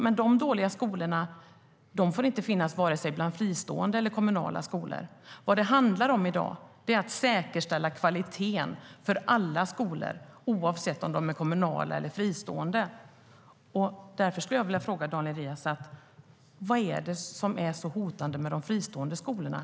Men de dåliga skolorna får inte finnas bland vare sig fristående eller kommunala skolor. Vad det handlar om i dag är att säkerställa kvaliteten för alla skolor, oavsett om de är kommunala eller fristående. Därför skulle jag vilja fråga Daniel Riazat: Vad är det som är så hotande med de fristående skolorna?